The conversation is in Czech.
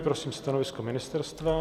Prosím stanovisko ministerstva.